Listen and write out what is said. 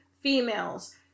females